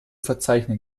verzeichnen